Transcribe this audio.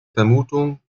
vermutung